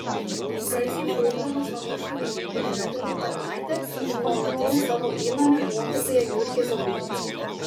garsiai šaukdamas namų šeimininkas žadino tarnaitę ir nuolatinį savo įnamį mokytoją jurgį zablockį